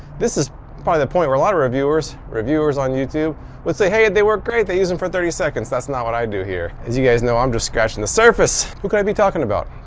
this is probably the point where a lot of reviewers reviewers on youtuber would say, hey they work great! they and for thirty seconds. that's not what i do here. as you guys know, i'm just scratching the surface. who could i be talking about?